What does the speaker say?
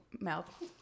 mouth